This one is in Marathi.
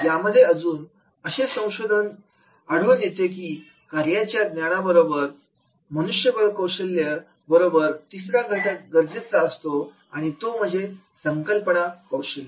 यामध्ये अजून असे संशोधन आठवण येते की कार्याच्या ज्ञानाबरोबर मनुष्यबळ कौशल्यं बरोबर अजून तिसरा घटक गरजेचा असतो आणि तो म्हणजे संकल्पना कौशल्य